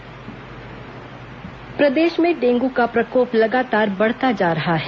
डेंग् मौत प्रदेश में डेंगू का प्रकोप लगातार बढ़ता जा रहा है